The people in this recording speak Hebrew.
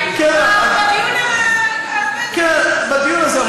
בדיון על, כן, בדיון הזה.